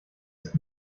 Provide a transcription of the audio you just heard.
ist